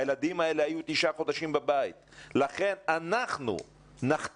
הילדים האלה היו תשעה חודשים בבית ולכן אנחנו נכתיב.